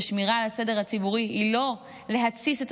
ושמירה על הסדר הציבורי היא לא להתסיס את